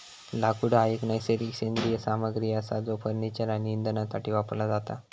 लाकूड हा एक नैसर्गिक सेंद्रिय सामग्री असा जो फर्निचर आणि इंधनासाठी वापरला जाता